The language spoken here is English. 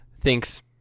thinks